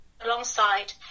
alongside